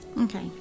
okay